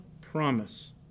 promise